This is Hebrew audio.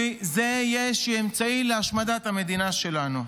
כי זה יהיה איזשהו אמצעי להשמדת המדינה שלנו.